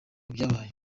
byabaye